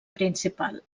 principal